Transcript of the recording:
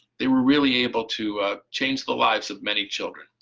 they were really able to change the lives of many children.